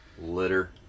Litter